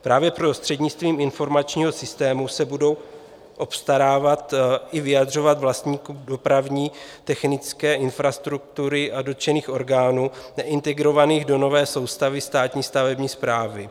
Právě prostřednictvím informačního systému se budou obstarávat i vyjadřovat vlastníkům dopravní technické infrastruktury a dotčených orgánů neintegrovaných do nové soustavy státní stavební správy.